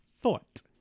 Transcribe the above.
thought